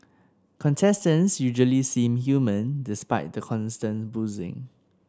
contestants usually seem human despite the constant boozing